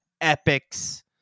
epics